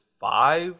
five